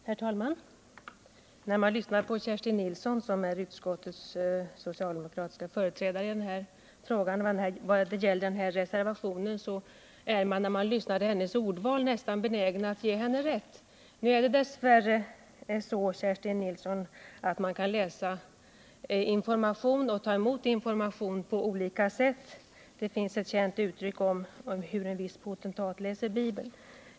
Herr talman! När man lyssnar till Kerstin Nilsson, som är socialdemokraternas företrädare i den här frågan, är man vad beträffar ordvalet nästan benägen att ge henne rätt. Nu är det dess värre så, Kerstin Nilsson, att man kan ta emot information på olika sätt. Det finns ett känt uttryck om hur en viss potentat läser Bibeln.